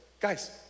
guys